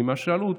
ממה ששאלו אותי,